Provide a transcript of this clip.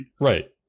Right